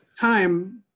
time